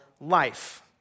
life